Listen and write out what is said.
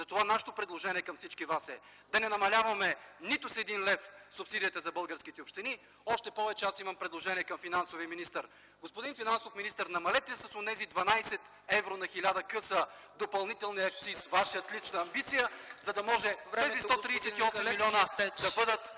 бюджет. Нашето предложение към всички вас е да не намаляваме нито с един лев субсидията за българските общини, още повече аз имам предложение към финансовия министър. Господин финансов министър, намалете с онези 12 евро на 1000 къса допълнителен акциз, Ваша лична амбиция, за да може тези 138 милиона да бъдат